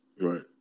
Right